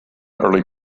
early